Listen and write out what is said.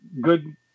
good